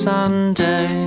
Sunday